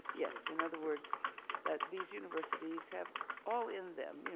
yes, in other words that these universities have all in them,